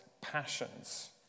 passions